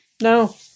No